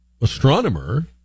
astronomer